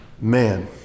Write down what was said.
man